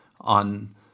on